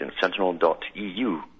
sentinel.eu